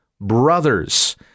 brothers